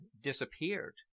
disappeared